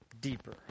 deeper